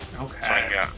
okay